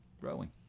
growing